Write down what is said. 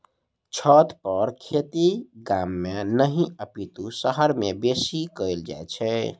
छतपर खेती गाम मे नहि अपितु शहर मे बेसी कयल जाइत छै